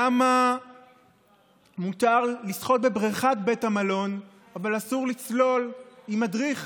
למה מותר לשחות בבריכת בית המלון אבל אסור לצלול עם מדריך?